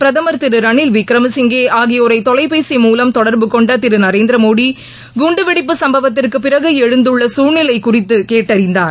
பிரதமர் திரு ரணில் விக்கிரமசிங்கே ஆகியோரை தொலைபேசி மூலம் தொடர்பு கொண்ட திரு நரேந்திர மோடி குண்டுவெடிப்பு சம்பவத்திற்கு பிறகு எழுந்துள்ள சூழ்நிலை குறித்து கேட்டறிந்தார்